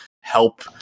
help